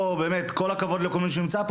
עם כל הכבוד לכל מי שנמצא פה,